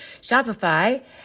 Shopify